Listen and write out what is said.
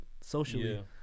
socially